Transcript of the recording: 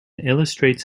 illustrates